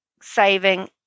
saving